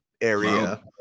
area